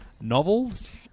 Novels